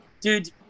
Dude